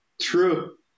True